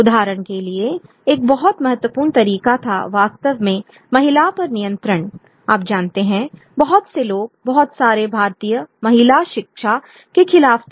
उदाहरण के लिए एक बहुत महत्वपूर्ण तरीका था वास्तव में महिला पर नियंत्रण आप जानते हैं बहुत से लोग बहुत सारे भारतीय महिला शिक्षा के खिलाफ थे